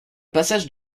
passage